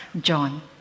John